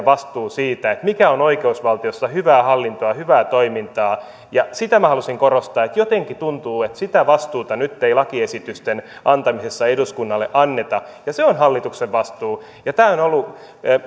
vastuu siitä mikä on oikeusvaltiossa hyvää hallintoa hyvää toimintaa ja sitä minä halusin korostaa että jotenkin tuntuu että sitä vastuuta nyt ei lakiesitysten antamisessa eduskunnalle anneta ja se on hallituksen vastuu tämä on ollut